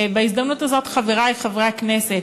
ובהזדמנות הזאת, חברי חברי הכנסת,